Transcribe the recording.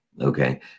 Okay